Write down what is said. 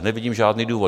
Nevidím žádný důvod.